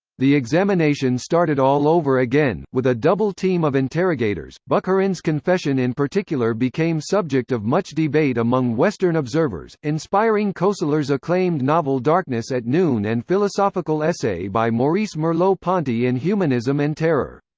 the examination started all over again, with a double team of interrogators bukharin's confession in particular became subject of much debate among western observers, inspiring koestler's acclaimed novel darkness at noon and philosophical essay by maurice merleau-ponty in humanism and terror.